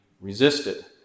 resisted